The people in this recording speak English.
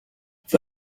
for